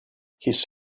his